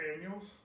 annuals